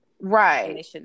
Right